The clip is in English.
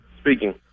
Speaking